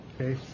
Okay